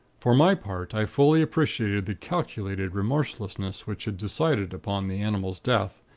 for my part, i fully appreciated the calculated remorselessness which had decided upon the animal's death,